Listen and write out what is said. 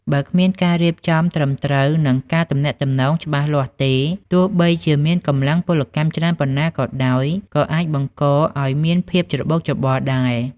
បើគ្មានការរៀបចំត្រឹមត្រូវ និងការទំនាក់ទំនងច្បាស់លាស់ទេ ទោះបីជាមានកម្លាំងពលកម្មច្រើនប៉ុណ្ណាក៏ដោយ ក៏អាចបង្កឱ្យមានភាពច្របូកច្របល់ដែរ។